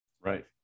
Right